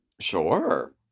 Sure